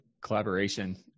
collaboration